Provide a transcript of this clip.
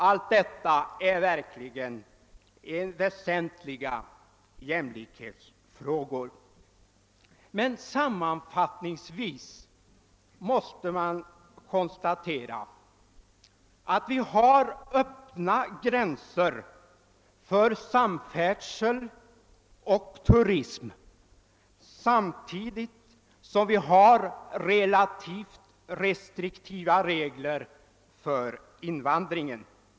Allt detta är verkligen väsentliga jämlikhetsfrågor. Men sammanfattningsvis måste man konstatera att vi har öppna gränser för samfärdsel och turism samtidigt som vi har relativt restriktiva regler för invandringen.